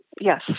Yes